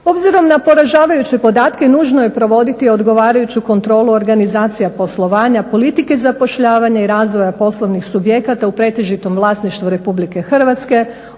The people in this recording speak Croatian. Obzirom na poražavajuće podatke nužno je provoditi odgovarajuću kontrolu organizacija poslovanja, politike zapošljavanja i razvoja poslovnih subjekata u pretežitom vlasništvu Republike Hrvatske,